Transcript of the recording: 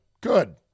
Good